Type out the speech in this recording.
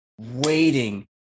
waiting